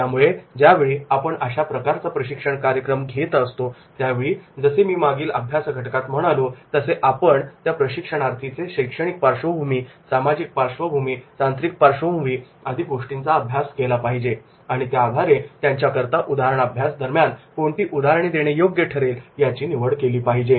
त्यामुळे ज्या ज्या वेळी आपण अशा प्रकारचा प्रशिक्षण कार्यक्रम घेत असतो त्यावेळी जसे मी मागील अभ्यास घटकात म्हणालो तसे आपण त्या प्रशिक्षणार्थी चे शैक्षणिक पार्श्वभूमी सामाजिक पार्श्वभूमी तांत्रिक पार्श्वभूमी आदी गोष्टींचा अभ्यास केला पाहिजे आणि त्या आधारे त्यांच्याकरता उदाहरणाअभ्यास दरम्यान कोणती उदाहरणे देणे योग्य ठरेल त्याची निवड केली पाहिजे